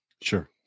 Sure